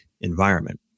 environment